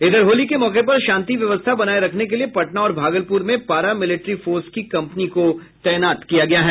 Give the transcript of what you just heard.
इधर होली के मौके पर शांति व्यवस्था बनाये रखने के लिए पटना और भागलपुर में पारा मिलिट्री फोर्स की कम्पनी को तैनात किया गया है